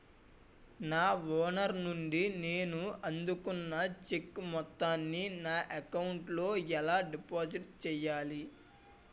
నా ఓనర్ నుండి నేను అందుకున్న చెక్కు మొత్తాన్ని నా అకౌంట్ లోఎలా డిపాజిట్ చేయాలి?